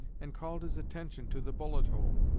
and called his attention to the bullet-hole.